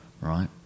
right